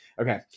Okay